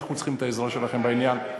אנחנו צריכים את העזרה שלכם בעניין.